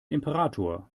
imperator